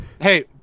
Hey